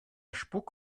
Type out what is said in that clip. spuk